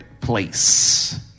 Place